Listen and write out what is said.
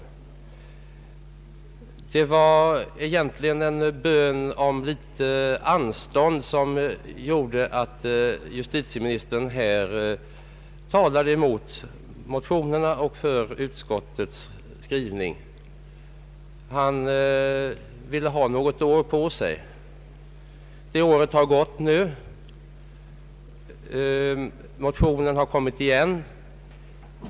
Justitieministerns anförande var egentligen en bön om litet anstånd, när han talade för utskottets skrivning. Han ville ha något år på sig. Det året har gått nu. Motionen har kommit igen.